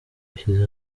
bashyize